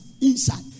Inside